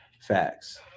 Facts